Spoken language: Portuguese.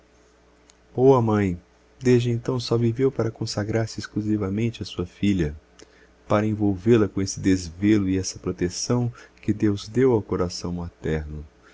imaginários boa mãe desde então só viveu para consagrar se exclusivamente à sua filha para envolvê la com esse desvelo e essa proteção que deus deu ao coração materno